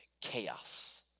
chaos